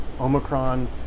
omicron